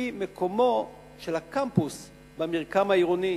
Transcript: על-פי מקומו של הקמפוס במרקם העירוני,